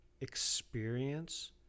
experience